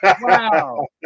Wow